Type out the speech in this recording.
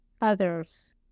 others